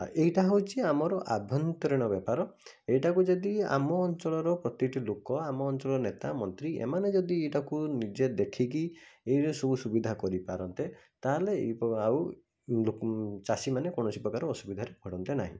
ଏଇଟା ହେଉଛି ଆମର ଆଭ୍ୟନ୍ତରୀଣ ବେପାର ଏଇଟାକୁ ଯଦି ଆମ ଅଞ୍ଚଳର ପ୍ରତିଟି ଲୋକ ଆମ ଅଞ୍ଚଳର ନେତା ମନ୍ତ୍ରୀ ଏମାନେ ଯଦି ଏଇଟା ନିଜେ ଦେଖିକି ଏଇରେ ସବୁ ସୁବିଧା କରିପାରନ୍ତେ ତାହେଲେ ଆଉ ଚାଷୀମାନେ କୌଣସି ପ୍ରକାର ଅସୁବିଧାରେ ପଡ଼ନ୍ତେ ନାହିଁ